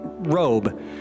robe